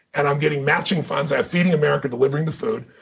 and i'm getting matching funds. i have feeding america delivering the food,